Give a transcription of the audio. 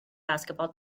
basketball